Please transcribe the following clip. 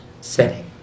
setting